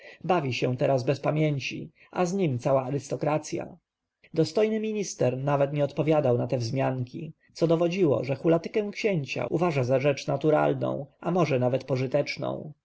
bawi się teraz bez pamięci a z nim cała arystokracja dostojny minister nawet nie odpowiadał na te wzmianki co dowodziło że hulatykę księcia uważa za rzecz naturalną a może nawet pożyteczną